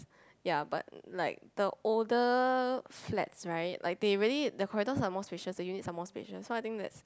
ya but like the older flats right like they really the corridors are more spacious the units are more spacious so I think that's